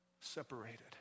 separated